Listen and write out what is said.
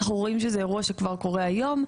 אנחנו רואים שזה אירוע שקורה כבר היום,